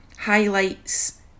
highlights